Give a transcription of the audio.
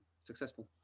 successful